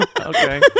okay